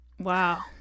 wow